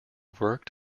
worked